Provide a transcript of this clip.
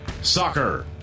Soccer